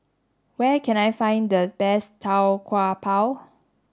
where can I find the best Tau Kwa Pau